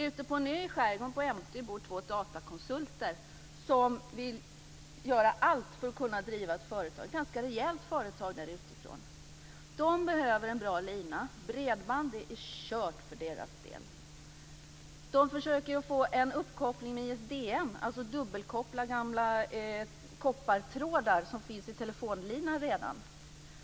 Ute på en ö i skärgården bor två datakonsulter som vill göra allt för att kunna driva ett ganska stort företag därifrån. De behöver en bra lina. Bredband är kört för deras del. De försöker att få en uppkoppling genom ISDN, dvs. genom att dubbelkoppla gamla koppartrådar som redan finns i telefonlinjerna.